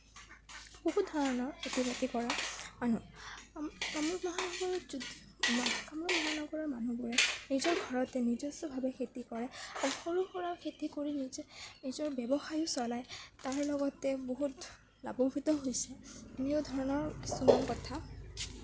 বহুত ধৰণৰ খেতি বাতি কৰা মানুহ কামৰূপ মহানগৰত যদি কামৰূপ মহানগৰৰ মানুহবোৰে নিজৰ ঘৰতে নিজস্বভাৱে খেতি কৰে আৰু সৰু সুৰা খেতি কৰি নিজৰ নিজৰ ব্যৱসায়ো চলায় তাৰ লগতে বহুত লাভান্বিত হৈছে এনে ধৰণৰ কিছুমান কথা